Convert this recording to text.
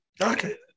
Okay